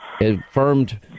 affirmed